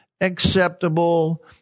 acceptable